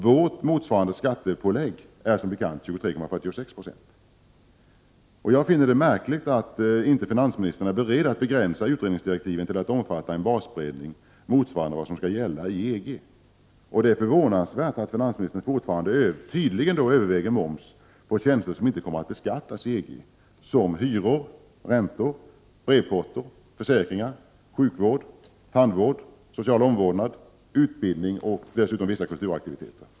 Vårt motsvarande skattepålägg är som bekant 23,46 70. Jag finner det märkligt att finansministern inte är beredd att begränsa utredningsdirektiven till att omfatta en basbreddning motsvarande den som skall gälla i EG. Det är förvånansvärt att finansministern tydligen fortfarande överväger moms på tjänster som inte kommer att beskattas i EG såsom hyror, räntor, brevporto, försäkringar, sjukvård, tandvård, social omvårdnad, utbildning och dessutom vissa kulturaktiviteter.